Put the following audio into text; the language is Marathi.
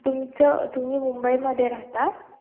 तुमचं तुम्ही मुंबईमध्ये राहता